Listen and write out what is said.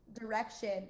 direction